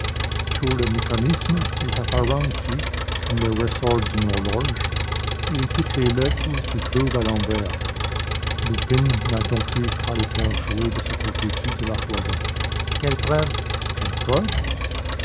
tout le mécanisme est apparent ici comme les ressorts d'une horloge et toutes les lettres s'y retrouvent à l'envers lupin n'a donc eu qu'à les faire jouer de ce côté-ci de la cloison quelle preuve quelle preuve